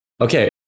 okay